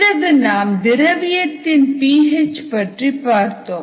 பிறகு நாம் திரவியத்தின் பி எச் பற்றிப் பார்த்தோம்